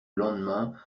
lendemain